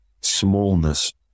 smallness